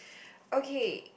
okay